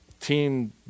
team